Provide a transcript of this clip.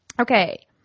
Okay